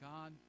God